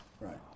Right